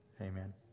Amen